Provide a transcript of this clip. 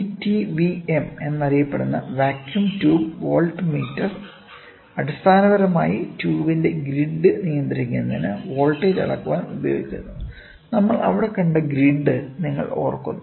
VTVM എന്നറിയപ്പെടുന്ന vacuum tube voltmeter അടിസ്ഥാനപരമായി ട്യൂബിന്റെ ഗ്രിഡ് നിയന്ത്രിക്കുന്നതിന് വോൾട്ടേജ് അളക്കാൻ ഉപയോഗിക്കുന്നു നമ്മൾ അവിടെ കണ്ട ഗ്രിഡ് നിങ്ങൾ ഓർക്കുന്നു